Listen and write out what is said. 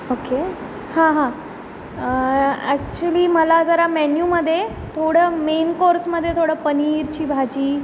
okay हां हां actually मला जरा मॅन्यूमध्ये थोडं मेन कोर्समध्ये थोडं पनीरची भाजी